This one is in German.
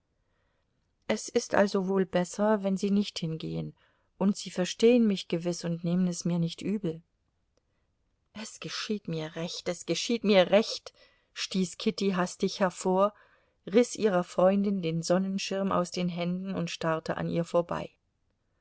es ist also wohl besser wenn sie nicht hingehen und sie verstehen mich gewiß und nehmen es mir nicht übel es geschieht mir recht es geschieht mir recht stieß kitty hastig hervor riß ihrer freundin den sonnenschirm aus den händen und starrte an ihr vorbei